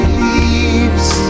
leaves